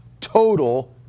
total